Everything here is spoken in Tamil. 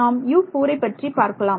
நாம்U4 பற்றி பார்க்கலாம்